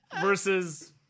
versus